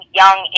young